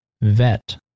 vet